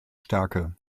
stärke